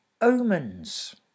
omens